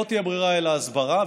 לא תהיה ברירה אלא הסברה,